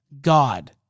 god